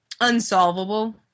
unsolvable